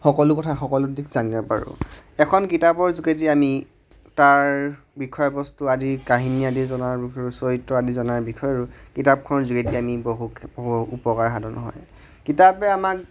সকলো কথা সকলো দিশ জানিব পাৰোঁ এখন কিতাপৰ যোগেদি আমি তাৰ বিষয়বস্তু আদি কাহিনী আদি জনাৰ বিষয়ৰো চৰিত্ৰ আদি জনাৰ বিষয়ৰো কিতাপখনৰ যোগেদি আমি বহু উপকাৰ সাধন হয় কিতাপে আমাক